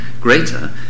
greater